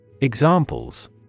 Examples